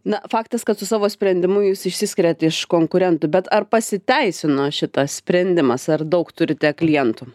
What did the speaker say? na faktas kad su savo sprendimu jūs išsiskiriat iš konkurentų bet ar pasiteisino šitas sprendimas ar daug turite klientų